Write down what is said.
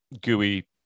gooey